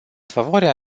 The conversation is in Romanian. favoarea